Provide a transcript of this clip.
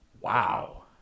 Wow